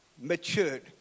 matured